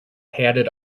padded